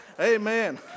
Amen